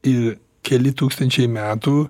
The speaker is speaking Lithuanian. ir keli tūkstančiai metų